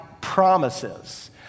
promises